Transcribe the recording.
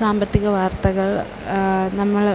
സാമ്പത്തിക വാർത്തകൾ നമ്മൾ